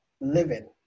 living